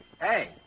Hey